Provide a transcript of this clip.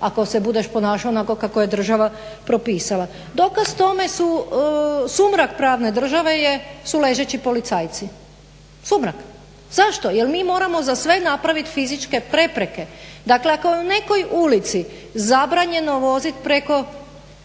ako se budeš ponašao onako kako je država propisala. Dokaz tome su, sumrak pravne države su ležeći policajci, sumrak. Zašto, jer mi moramo za sve napravit fizičke prepreke. Dakle, ako je u nekoj ulici zabranjeno vozit preko